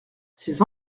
ces